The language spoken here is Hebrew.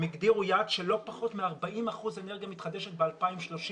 הם הגדירו יעד של לא פחות מ-40 אחוזים אנרגיה מתחדשת ב-2030,